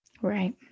Right